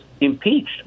impeached